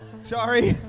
Sorry